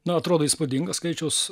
na atrodo įspūdingas skaičius